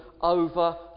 over